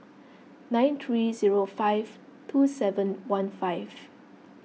nine three zero five two seven one five